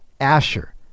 Asher